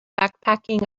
backpacking